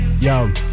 yo